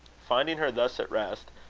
finding her thus at rest,